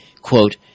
quote